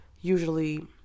usually